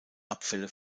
abfälle